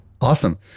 Awesome